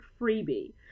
freebie